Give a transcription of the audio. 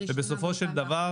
ובסופו של דבר,